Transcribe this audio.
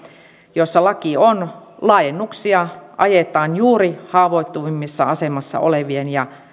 joissa laki on laajennuksia ajetaan juuri haavoittuvimmissa asemassa oleviin ja